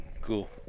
Cool